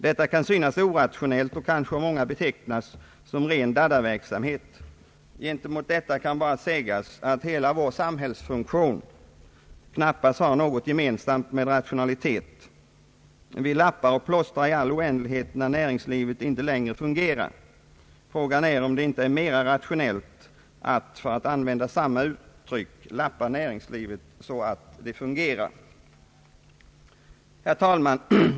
Detta kan synas orationellt och kan kanske av många betraktas som ren daddaverksamhet. Gentemot detta kan bara sägas att hela vår samhällsfunktion knappast har något gemensamt med rationalitet. Vi lappar och plåstrar i all oändlighet, när näringslivet inte längre fungerar. Frågan är, om det inte är mer rationellt att, för att använda samma uttryck, lappa näringslivet så att det fungerar. Herr talman!